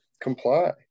comply